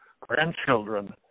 grandchildren